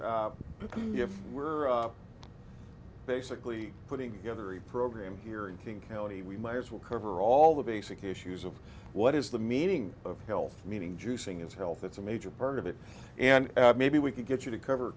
have basically putting together a program here in king county we might as well cover all the basic issues of what is the meaning of health meaning juicing is health it's a major part of it and maybe we could get you to cover a